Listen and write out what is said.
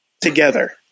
together